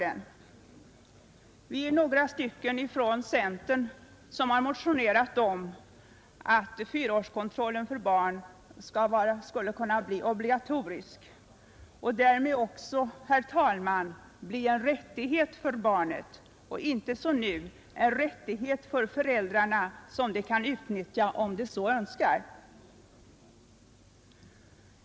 Därför är vi några centerpartister som har motionerat om att fyraårskontrollen för barn görs obligatorisk och därmed blir en rättighet för barnen, inte som nu en rättighet för föräldrarna, som de kan utnyttja om de så önskar.